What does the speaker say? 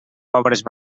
pobres